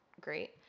great